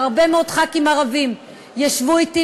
כבר הרבה מאוד חברי כנסת ערבים ישבו אתי